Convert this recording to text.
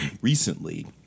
recently